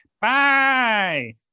Bye